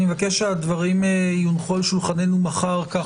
אני מבקש שהדברים יונחו על שולחננו מחר כך